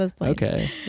okay